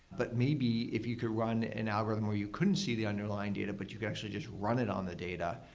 but maybe if you could run an algorithm where you couldn't see the underlying data, but you could actually just run it on the data,